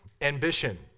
ambition